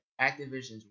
Activision's